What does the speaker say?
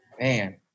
Man